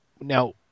now